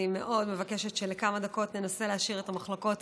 אני מאוד מבקשת שלכמה דקות ננסה להשאיר את המחלוקות